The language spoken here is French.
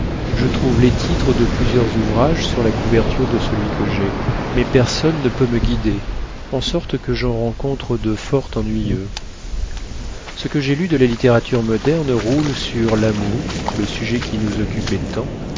je trouve les titres de plusieurs ouvrages sur la couverture de celui que j'ai mais personne ne peut me guider en sorte que j'en rencontre de fort ennuyeux ce que j'ai lu de la littérature moderne roule sur l'amour le sujet qui nous occupait